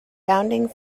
founding